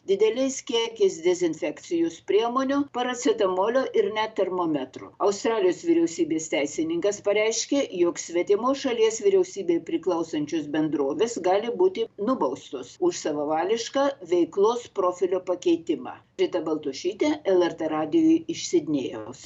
didelis kiekis dezinfekcijos priemonių paracetamolio ir net termometrų australijos vyriausybės teisininkas pareiškė jog svetimos šalies vyriausybei priklausančios bendrovės gali būti nubaustos už savavališką veiklos profilio pakeitimą rita baltušytė lrt radijui iš sidnėjaus